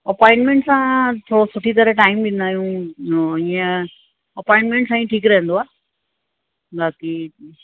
appointment सां थोरो सुठी तरह टाइम ॾींदा आहियूं ऐं इअं अपोइंटमेंट सां ई ठीकु रहंदो आहे बाक़ी